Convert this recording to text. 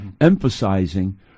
emphasizing